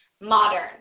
modern